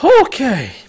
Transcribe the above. Okay